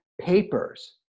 papers